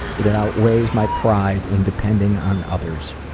but it outweighs my pride in depending on others.